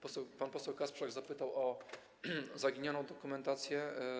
Pan poseł Kasprzak zapytał o zaginioną dokumentację.